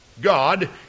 God